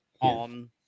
on